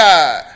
God